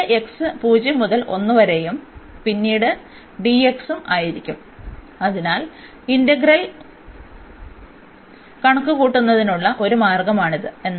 limit x 0 മുതൽ 1 വരെയും പിന്നീട് ഉം ആയിരിക്കും അതിനാൽ ഇന്റഗ്രൽ കണക്കുകൂട്ടുന്നതിനുള്ള ഒരു മാർഗ്ഗമാണിത്